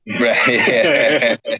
right